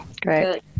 Great